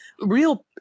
real